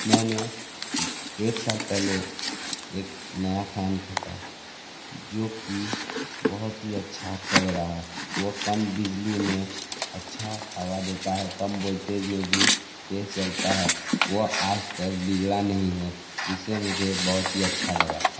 मैंने एक साल पहले एक नया फ़ैन ख़रीदा जो कि बहुत ही अच्छा चल रहा है वो कम बिजली में अच्छी हवा देता है कम वोल्टेज में भी तेज़ चलता है वो आज तक बिगड़ा नहीं है जिस से मुझे बहुत ही अच्छा लगा